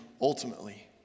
ultimately